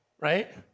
right